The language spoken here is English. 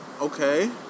Okay